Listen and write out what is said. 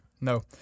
No